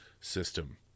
system